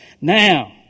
Now